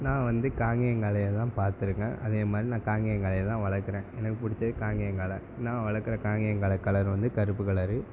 நான் வந்து காங்கேயம் காளையை தான் பார்த்துருக்கேன் அதேமாதிரி நான் காங்கேயன் காளையை தான் வளர்க்குறேன் எனக்கு பிடிச்சது காங்கேயன் காளை நான் வளர்க்குற காங்கேயன் காளை கலரு வந்து கருப்பு கலரு